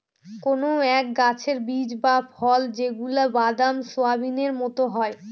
কোনো এক গাছের বীজ বা ফল যেগুলা বাদাম, সোয়াবিনের মতো হয়